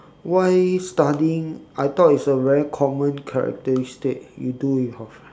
why studying I thought it's a very common characteristic you do with your friend